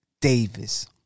Davis